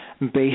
based